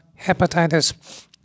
hepatitis